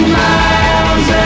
miles